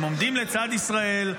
הם עומדים לצד לישראל,